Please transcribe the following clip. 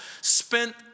spent